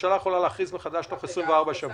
הממשלה יכולה להכריז מחדש תוך 24 שעות.